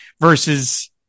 versus